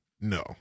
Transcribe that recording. No